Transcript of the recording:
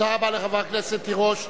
תודה רבה לחברת הכנסת תירוש.